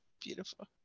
beautiful